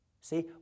See